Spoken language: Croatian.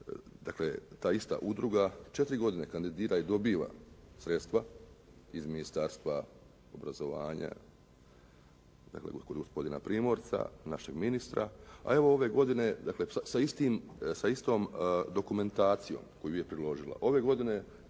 dakle ta ista udruga 4 godine kandidira i dobiva sredstva iz Ministarstva obrazovanja, dakle kod gospodine Primorca, našeg ministra, a evo ove godine sa istom dokumentacijom koju je priložila ove godine